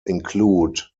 include